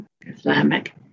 Islamic